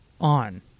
on